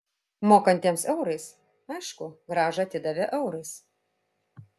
mokantiems eurais aišku grąžą atidavė eurais